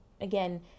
again